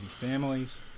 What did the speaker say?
families